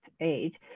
age